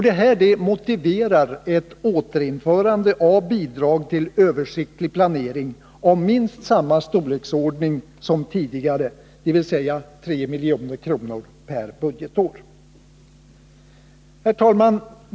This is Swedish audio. Detta motiverar ett återinförande av bidrag till översiktlig planering av minst samma storleksordning som tidigare, dvs. 3 milj.kr. per budgetår. Herr talman!